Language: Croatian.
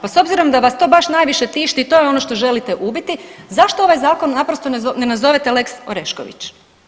Pa s obzirom da vas to baš najviše tišti to je ono što želite ubiti, zašto ovaj zakon naprosto ne nazovete lex Orešković?